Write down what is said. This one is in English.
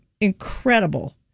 incredible